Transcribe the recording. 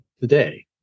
today